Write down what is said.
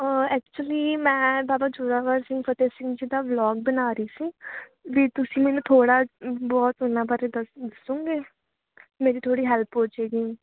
actually ਮੈਂ ਬਾਬਾ ਜ਼ੋਰਾਵਰ ਸਿੰਘ ਫਤਿਹ ਸਿੰਘ ਜੀ ਦਾ vlog ਬਣਾ ਰਹੀ ਸੀ ਵੀ ਤੁਸੀਂ ਮੈਨੂੰ ਥੋੜ੍ਹਾ ਬਹੁਤ ਉਹਨਾਂ ਬਾਰੇ ਦ ਦੱਸੂੰਗੇ ਮੇਰੀ ਥੋੜ੍ਹੀ ਹੈਲਪ ਹੋ ਜਾਵੇਗੀ